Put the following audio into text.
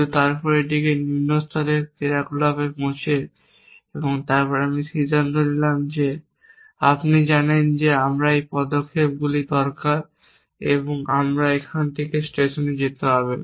কিন্তু তারপর এটিকে নিম্ন স্তরের ক্রিয়াকলাপে পচে এবং তারপর আমি সিদ্ধান্ত নিলাম যে আপনি জানেন যে আমার এই পদক্ষেপগুলি দরকার আমার এখানে থেকে স্টেশনে যেতে হবে